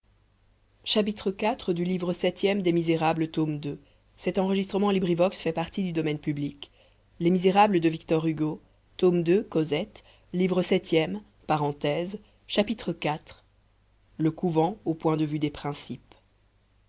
condition on peut respecter le passé chapitre iv le couvent au point de vue des principes